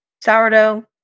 Sourdough